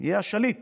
יהיה השליט